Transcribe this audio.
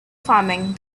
farming